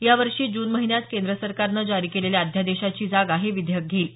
या वर्षी जून महिन्यात केंद्र सरकारनं जारी केलेल्या अध्यादेशाची जागा हे विधेयक घेईल